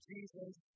Jesus